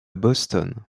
boston